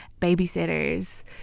babysitters